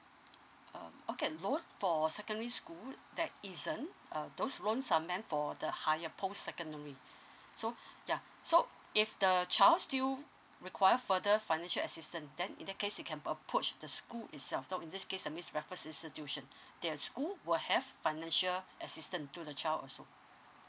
um okay loan for secondary school that isn't uh those loans are meant for the higher post secondary so yeah so if the child still require further financial assistant then in that case you can approach the school itself so in this case uh means raffles institution their school will have financial assistance to the child also